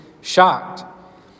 shocked